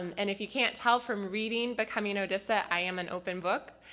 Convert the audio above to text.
um and if you can't tell from reading becoming odessa, i am an open book.